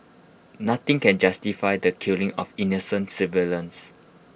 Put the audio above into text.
nothing can justify the killing of innocent civilians